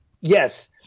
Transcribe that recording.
Yes